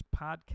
Podcast